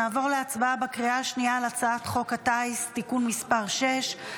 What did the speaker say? נעבור להצבעה בקריאה השנייה על הצעת חוק הטיס (תיקון מס' 6),